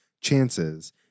chances